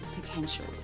potential